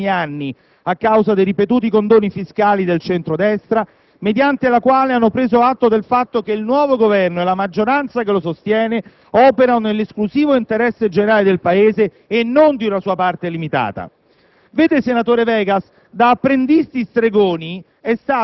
hanno ritrovato quella convergenza di interessi - venuta meno, negli ultimi anni, a causa dei ripetuti condoni fiscali introdotti dal centro-destra - mediante la quale hanno preso atto del fatto che il nuovo Governo e la maggioranza che lo sostiene operano nell'esclusivo interesse generale del Paese e non di una sua parte limitata.